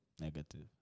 Negative